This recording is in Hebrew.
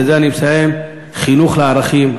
ובזה אני מסיים: חינוך לערכים,